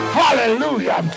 hallelujah